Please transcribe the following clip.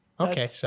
Okay